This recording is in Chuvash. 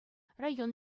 район